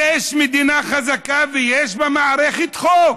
יש מדינה חזקה ויש בה מערכת חוק.